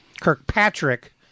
Kirkpatrick